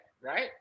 right